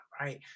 right